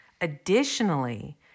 Additionally